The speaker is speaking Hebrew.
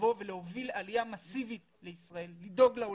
לבוא ולהוביל עלייה מסיבית לישראל, לדאוג לעולים,